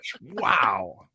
Wow